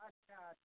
अच्छा